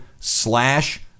Slash